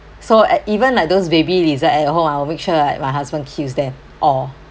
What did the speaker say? so e~ even like those baby lizard at home I will make sure that my husband kills them all